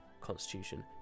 constitution